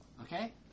Okay